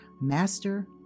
master